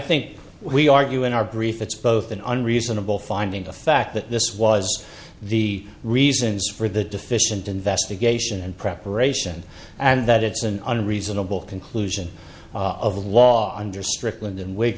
think we argue in our brief it's both an unreasonable finding of fact that this was the reasons for the deficient investigation and preparation and that it's an unreasonable conclusion of law under stric